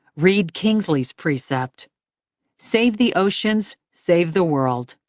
reid kingsley's precept save the oceans, save the world!